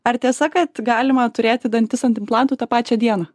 ar tiesa kad galima turėti dantis ant implantų tą pačią dieną